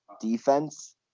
defense